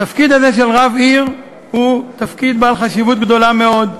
תפקיד כזה של רב עיר הוא תפקיד בעל חשיבות גדולה מאוד,